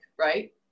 right